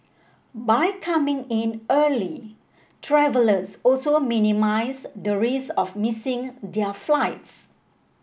by coming in early travellers also minimise the risk of missing their flights